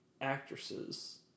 actresses